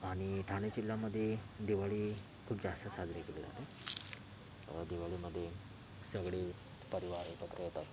आणि ठाणे जिल्ह्यामध्ये दिवाळी खूप जास्त साजरी केली जाते दिवाळीमध्ये सगळी परिवार एकत्र येतात